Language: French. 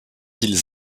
iles